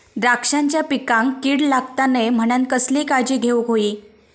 द्राक्षांच्या पिकांक कीड लागता नये म्हणान कसली काळजी घेऊक होई?